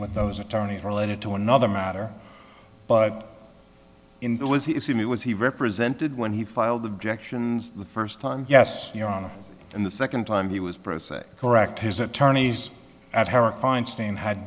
with those attorneys related to another matter but in that was he was he represented when he filed objections the first time yes your honor and the second time he was present correct his attorneys at herrick feinstein had